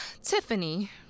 Tiffany